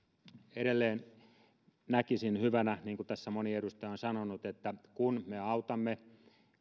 edelleen näkisin hyvänä niin kuin tässä moni edustaja on sanonut että kun me autamme